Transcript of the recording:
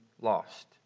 lost